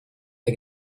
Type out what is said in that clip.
der